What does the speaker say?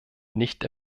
nicht